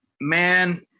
man